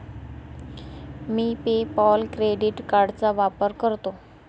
मी PayPal credit कार्डचा वापर करतो